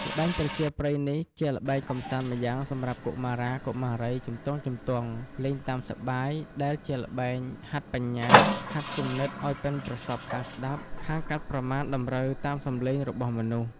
ល្បែងប្រជាប្រិយនេះ ជាល្បែងកម្សាន្តម្យ៉ាង សម្រាប់កុមារាកុមារីជំទង់ៗ លេងតាមសប្បាយ ដែលជាល្បែងហាត់បញ្ញា ហាត់គំនិតឱ្យប៉ិនប្រសប់ខាងស្តាប់ ខាងកាត់ប្រមាណតម្រូវតាមសំឡេងរបស់មនុស្ស។